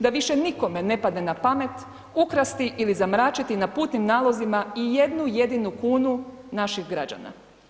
Da više nikome ne padne na pamet ukrasti ili zamračiti na putnim nalozima i jednu jedinu kunu naših građana.